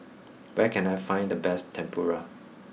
where can I find the best Tempura